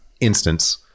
instance